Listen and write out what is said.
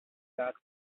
god